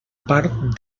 part